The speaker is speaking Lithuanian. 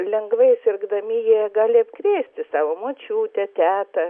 lengvai sirgdami jie gali apkrėsti savo močiutę tetą